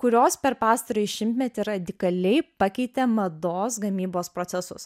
kurios per pastarąjį šimtmetį radikaliai pakeitė mados gamybos procesus